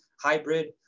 hybrid